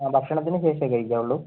ഭക്ഷണത്തിന് ശേഷമേ കഴിക്കാവുള്ളൂ